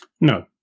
No